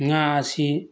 ꯉꯥ ꯑꯁꯤ